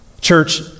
Church